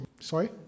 Sorry